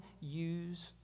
use